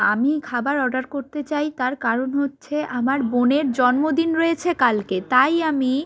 আমি খাবার অর্ডার করতে চাই তার কারণ হচ্ছে আমার বোনের জন্মদিন রয়েছে কালকে তাই আমি